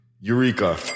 Eureka